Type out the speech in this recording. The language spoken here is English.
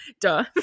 duh